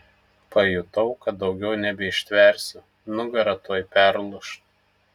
pajutau kad daugiau nebeištversiu nugara tuoj perlūš